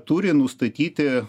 turi nustatyti